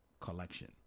collection